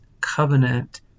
covenant